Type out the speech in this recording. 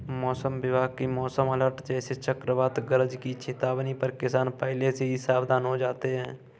मौसम विभाग की मौसम अलर्ट जैसे चक्रवात गरज की चेतावनी पर किसान पहले से ही सावधान हो जाते हैं